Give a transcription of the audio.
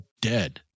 dead